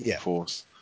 force